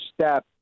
step